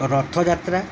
Rath Yatra